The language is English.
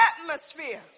atmosphere